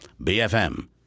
BFM